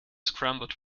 scrambled